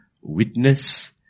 witness